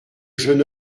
jeune